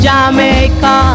Jamaica